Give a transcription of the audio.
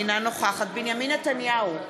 אינה נוכחת בנימין נתניהו,